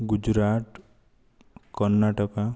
Gujarat Karnataka